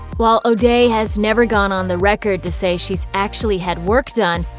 while o'day has never gone on the record to say she's actually had work done,